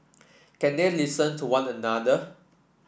can they listen to one another